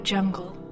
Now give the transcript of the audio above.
Jungle